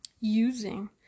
using